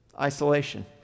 isolation